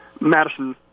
Madison